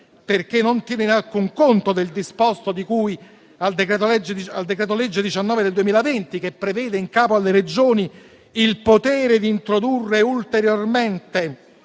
perché non tiene in alcun conto il disposto di cui al decreto-legge n. 19 del 2020, che prevede in capo alle Regioni il potere di introdurre ulteriori